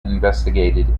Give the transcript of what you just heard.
investigated